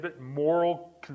moral